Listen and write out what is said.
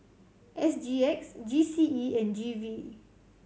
S G X G C E and G V